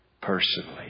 personally